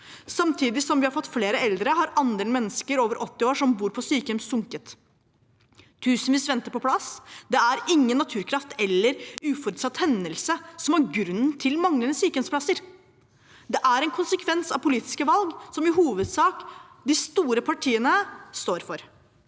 Samtidig som vi har fått flere eldre, har andelen mennesker over 80 år som bor på sykehjem, sunket. Tusenvis venter på plass. Det er ingen naturkraft eller uforutsett hendelse som er grunnen til manglende sykehjemsplasser. Det er en konsekvens av politiske valg som i hovedsak de store partiene står for.